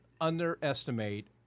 underestimate